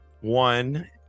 one